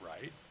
right